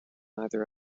either